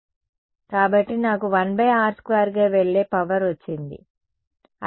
కాబట్టి నాకు 1r2 గా వెళ్లే పవర్ వచ్చింది